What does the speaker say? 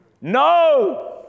No